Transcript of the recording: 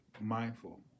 mindful